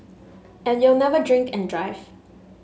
and you'll never drink and drive